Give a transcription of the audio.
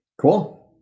Cool